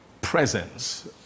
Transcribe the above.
presence